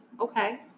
Okay